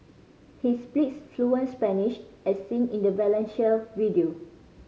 he speaks fluent Spanish as seen in a Valencia video